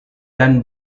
dan